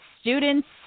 students